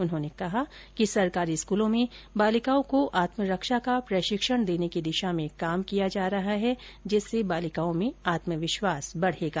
उन्होंने कहा कि सरकारी स्कूलों में बालिकाओं को आत्मरक्षा का प्रशिक्षण देने की दिशा में काम किया जा रहा है जिससे बालिकाओं में आत्मविश्वास बढ़ेगा